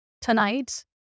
tonight